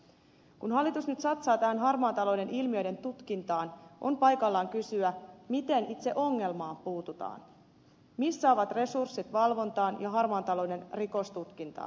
kun hallitus nyt satsaa tämän harmaan talouden ilmiöiden tutkintaan on paikallaan kysyä miten itse ongelmaan puututaan missä ovat resurssit valvontaan ja harmaan talouden rikostutkintaan